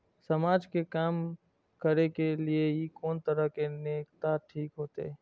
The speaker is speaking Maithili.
समाज के काम करें के ली ये कोन तरह के नेता ठीक होते?